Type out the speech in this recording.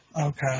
Okay